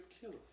killer